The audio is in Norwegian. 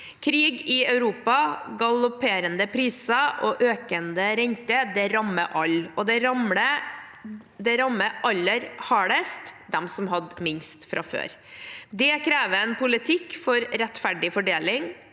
Krig i Europa, galopperende priser og økende rente rammer alle. Det rammer aller hardest dem som har minst fra før. Det krever en politikk for rettferdig fordeling